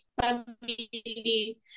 family